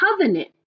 covenant